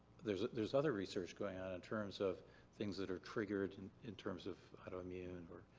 there's there's other research going on in terms of things that are triggered, and in terms of autoimmune or